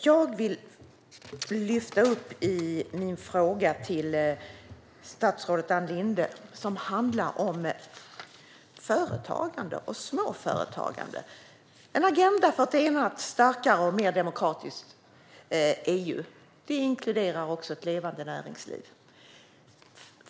Fru talman! Jag vill i min fråga till statsrådet Ann Linde lyfta upp det som handlar om företagande och småföretagande. En agenda för ett enat, starkare och mer demokratiskt EU inkluderar också ett levande näringsliv.